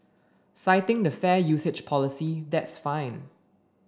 citing the fair usage policy that's fine